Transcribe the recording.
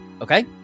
Okay